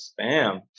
spam